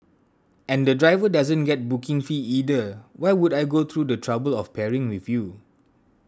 and the driver doesn't get booking fee either why would I go through the trouble of pairing with you